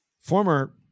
former